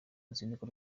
uruzinduko